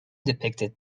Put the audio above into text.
depicted